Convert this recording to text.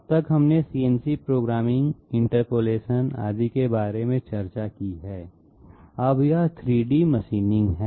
अब तक हमने सीएनसी प्रोग्रामिंग इंटरपोलेशन आदि के बारे में चर्चा की है अब यह 3 D मशीनिंग है